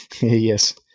Yes